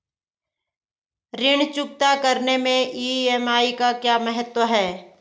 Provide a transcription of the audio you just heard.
ऋण चुकता करने मैं ई.एम.आई का क्या महत्व है?